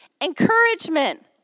Encouragement